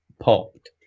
popped